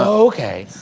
okay.